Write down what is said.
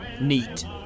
Neat